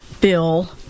bill